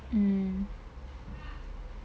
mm